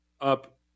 up